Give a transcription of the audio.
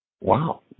Wow